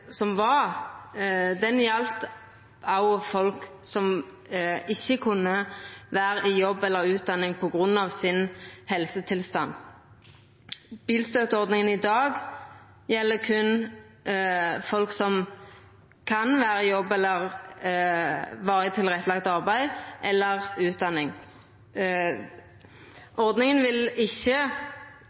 som var, galdt òg folk som ikkje kunne vera i jobb eller utdanning på grunn av helsetilstanden sin. Bilstøtteordninga i dag gjeld berre folk som kan vera i jobb eller i varig tilrettelagt arbeid eller utdanning. Ordninga vil ikkje